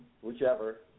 whichever